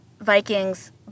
Vikings